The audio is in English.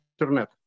internet